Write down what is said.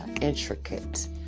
intricate